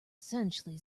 essentially